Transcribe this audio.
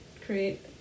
create